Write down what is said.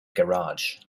garage